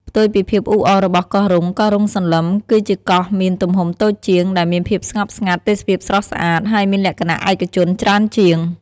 ផ្ទុយពីភាពអ៊ូអររបស់កោះរ៉ុង កោះរ៉ុងសន្លឹម គឺជាកោះមានទំហំតូចជាង ដែលមានភាពស្ងប់ស្ងាត់ ទេសភាពស្រស់ស្អាត ហើយមានលក្ខណៈឯកជនច្រើនជាង។